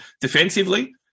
defensively